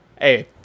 Hey